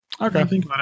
Okay